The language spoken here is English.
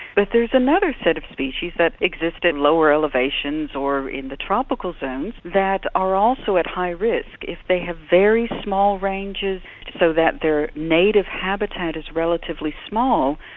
but there's another set of species that exist at lower elevations or in the tropical zones that are also at high risk. if they have very small ranges so that their native habitat is relatively small.